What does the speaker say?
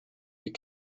you